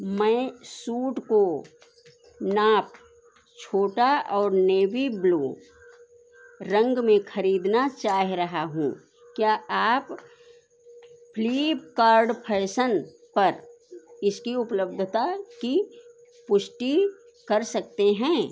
मैं सूट का नाप छोटा और नेवी ब्लू रंग में ख़रीदना चाहे रहा हूँ क्या आप फ्लीपकार्ड फैसन पर इसकी उपलब्धता की पुष्टि कर सकते हैं